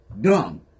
dumb